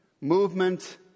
movement